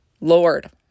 Lord